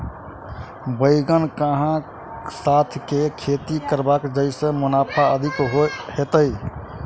बैंगन कऽ साथ केँ खेती करब जयसँ मुनाफा अधिक हेतइ?